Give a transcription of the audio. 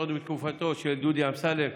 עוד בתקופתו של דודי אמסלם,